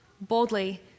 boldly